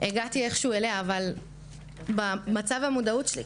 הגעתי איכשהו אליה אבל במצב המודעות שלי,